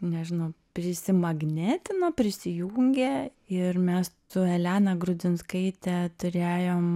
nežinau prisimagnetino prisijungė ir mes su elena grudzinskaite turėjom